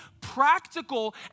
practical